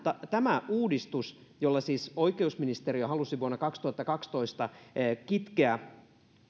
tämä uudistus jolla siis oikeusministeriö halusi vuonna kaksituhattakaksitoista kitkeä